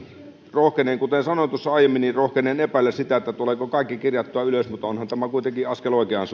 rohkenen kuten sanoin tuossa aiemmin epäillä sitä että tuleeko kaikki kirjattua ylös mutta onhan tämä kuitenkin askel oikeaan